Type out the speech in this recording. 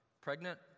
pregnant